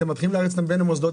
אתם מרימים אותם בין המוסדות.